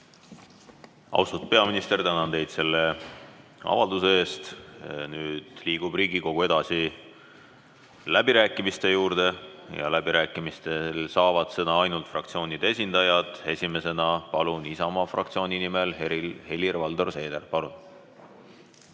Austatud peaminister, tänan teid selle avalduse eest! Nüüd liigub Riigikogu edasi läbirääkimiste juurde. Läbirääkimistel saavad sõna ainult fraktsioonide esindajad. Esimesena palun Isamaa fraktsiooni nimel kõnelema Helir-Valdor Seederi. Palun,